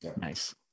Nice